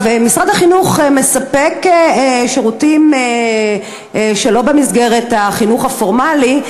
משרד החינוך נותן שירותים גם לא במסגרת החינוך הפורמלי,